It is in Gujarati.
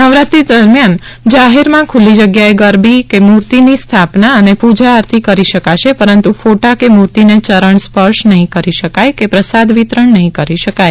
નવરાત્રી દરમ્યાન જાહેરમાં ખુલ્લી જગ્યાએ ગરબી મૂર્તિની સ્થાપના અને પૂજા આરતી કરી શકાશે પરંતુ ફોટા કે મૂર્તિને ચરણ સ્પર્શ નહીં કરી શકાય કે પ્રસાદ વિતરણ નહીં કરી શકાય